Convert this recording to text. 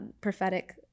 prophetic